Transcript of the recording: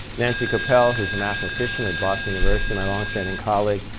nancy kopell, who is a mathematician at boston university. my longstanding colleague,